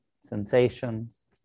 sensations